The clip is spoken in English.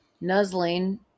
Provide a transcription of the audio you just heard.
Nuzzling